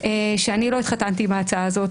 שאני לא התחתנתי עם ההצעה הזאת.